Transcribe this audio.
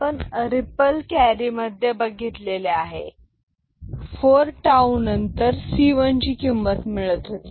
आपण ripple carry मध्ये बघितले आहे फोर टाऊ नंतर सी वन ची किंमत मिळत होती